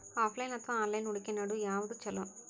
Offline ಅಥವಾ online ಹೂಡಿಕೆ ನಡು ಯವಾದ ಛೊಲೊ?